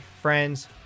friends